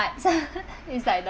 is like the